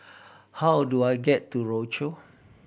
how do I get to Rochor